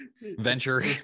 venture